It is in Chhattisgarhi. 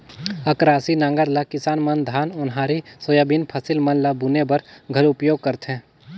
अकरासी नांगर ल किसान मन धान, ओन्हारी, सोयाबीन फसिल मन ल बुने बर घलो उपियोग करथे